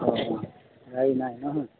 অঁ গাড়ী নাই ন